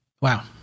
Wow